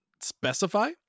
specify